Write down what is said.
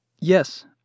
Yes